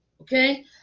Okay